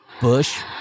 Bush